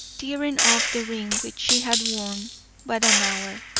tearing off the ring which she had worn but an hour,